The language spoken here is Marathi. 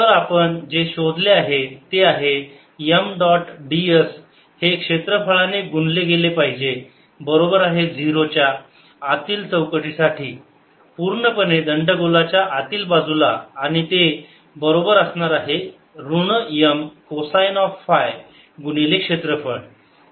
तर आपण जे शोधले आहे ते आहे M डॉट ds हे क्षेत्रफळाने गुणले गेले पाहिजे बरोबर आहे 0 च्या आतील चौकटी साठी पूर्णपणे दंड गोलाच्या आतील बाजूला आणि ते बरोबर असणार आहे ऋण M कोसाइन ऑफ फाय गुणिले क्षेत्रफळ